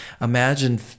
imagine